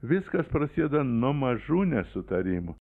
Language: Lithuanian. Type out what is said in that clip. viskas prasideda nuo mažų nesutarimų